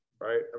right